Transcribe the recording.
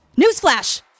Newsflash